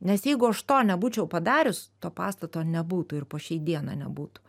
nes jeigu aš to nebūčiau padarius to pastato nebūtų ir po šiai dienai nebūtų